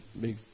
big